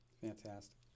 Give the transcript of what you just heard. Fantastic